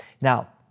Now